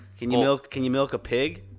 can you milk can you milk a pig?